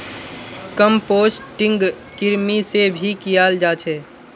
composting कृमि से भी कियाल जा छे